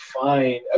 fine